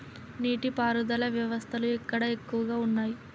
నీటి పారుదల వ్యవస్థలు ఎక్కడ ఎక్కువగా ఉన్నాయి?